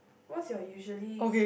what's your usually